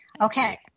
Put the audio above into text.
Okay